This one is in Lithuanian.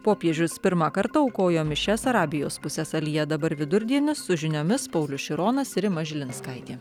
popiežius pirmąkart aukojo mišias arabijos pusiasalyje dabar vidurdienis su žiniomis paulius šironas rima žilinskaitė